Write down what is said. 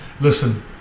Listen